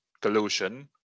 collusion